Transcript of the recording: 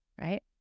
right